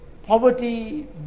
Poverty